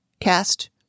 cast